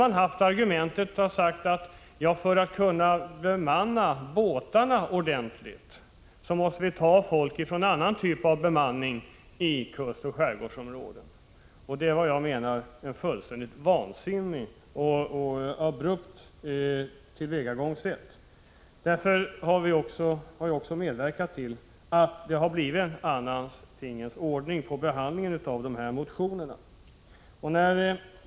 Tullverket har sagt att man för att kunna bemanna båtarna ordentligt måste ta folk från annan typ av bemanning i kustoch skärgårdsområden. Detta har jag ansett vara ett helt vansinnigt och alltför abrupt tillvägagångssätt. Därför har jag också medverkat till att det blivit en annan tingens ordning vid behandlingen av motionerna.